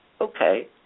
Okay